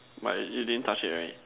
but you didn't touch it right